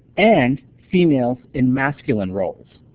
and females in masculine roles.